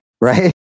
Right